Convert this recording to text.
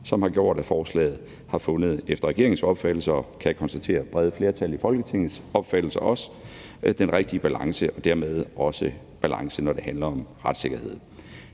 som har gjort, at forslaget har fundet – efter regeringens opfattelse og, kan jeg konstatere, også efter et bredt flertal i Folketingets opfattelse – den rigtige balance og dermed også balance, når det handler om retssikkerhed.